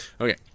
okay